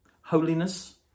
holiness